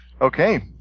Okay